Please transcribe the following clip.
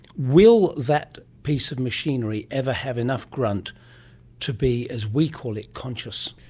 will that piece of machinery ever have enough grunt to be, as we call it, conscious?